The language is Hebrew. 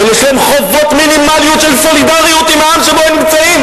אבל יש להם חובות מינימליות של סולידריות עם העם שבו הם נמצאים.